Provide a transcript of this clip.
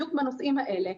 בדיוק בנושאים האלה,